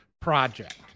project